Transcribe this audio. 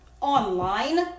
Online